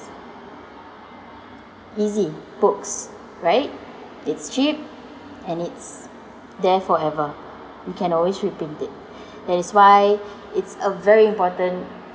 easy books right it's cheap and it's there forever you can always repeat it that is why it's a very important